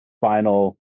final